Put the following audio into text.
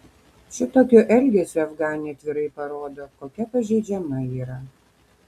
šitokiu elgesiu afganė atvirai parodo kokia pažeidžiama yra